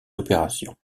opérations